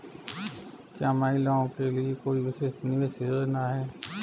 क्या महिलाओं के लिए कोई विशेष निवेश योजना है?